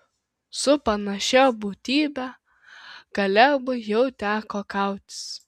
su panašia būtybe kalebui jau teko kautis